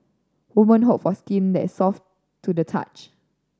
woman hope for skin that is soft to the touch